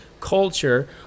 culture